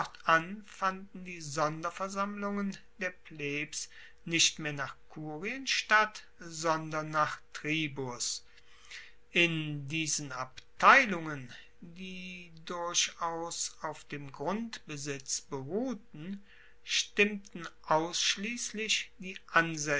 fanden die sonderversammlungen der plebs nicht mehr nach kurien statt sondern nach tribus in diesen abteilungen die durchaus auf dem grundbesitz beruhten stimmten ausschliesslich die